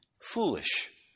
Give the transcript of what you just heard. foolish